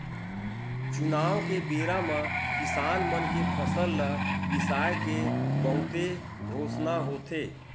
चुनाव के बेरा म किसान मन के फसल ल बिसाए के बहुते घोसना होथे